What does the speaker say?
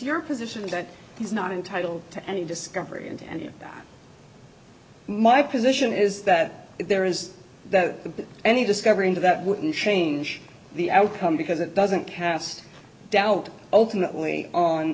your position that he's not entitled to any discovery and and you my position is that there is the any discovering that wouldn't change the outcome because it doesn't cast doubt ultimately on